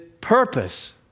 purpose